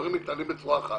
דברים מתנהלים בצורה אחת,